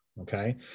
okay